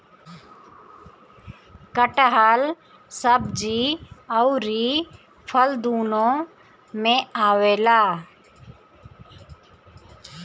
कटहल सब्जी अउरी फल दूनो में आवेला